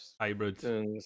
hybrid